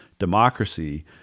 democracy